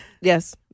Yes